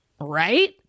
Right